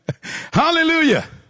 hallelujah